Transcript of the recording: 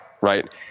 right